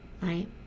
right